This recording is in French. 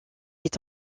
est